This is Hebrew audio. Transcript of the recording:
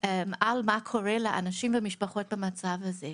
על מה קורה לאנשים במשפחות במצב הזה.